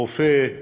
רופא,